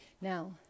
now